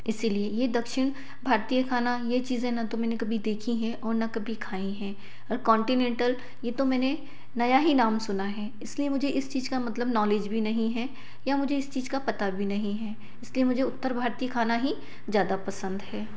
इसीलिए ये दक्षिण भारतीय खाना ये चीज़ें ना तो मैंने कभी देखी हैं और ना कभी खाई हैं और कॉन्टिनेंटल ये तो मैंने नया ही नाम सुना है इसलिए मुझे इस चीज़ का मतलब नॉलेज भी नहीं है या मुझे इस चीज़ का पता भी नहीं है इसलिए मुझे उत्तर भारतीय खाना ही ज़्यादा पंसद है